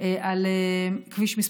על כביש מס'